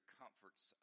comforts